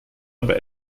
aber